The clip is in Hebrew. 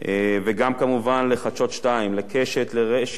וגם כמובן ל"חדשות 2", ל"קשת", ל"רשת",